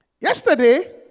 yesterday